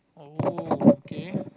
oh okay